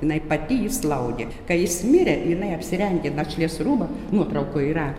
jinai pati jį slaugė kai jis mirė jinai apsirengė našlės rūbą nuotraukoj yra